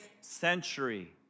century